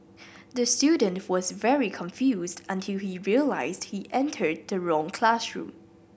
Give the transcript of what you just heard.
the student was very confused until he realised he entered the wrong classroom